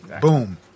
Boom